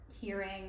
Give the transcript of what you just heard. hearing